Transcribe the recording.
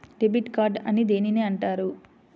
Debit card అని దేనిని అంటారు?